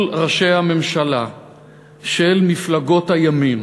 כל ראשי הממשלה של מפלגות הימין